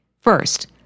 First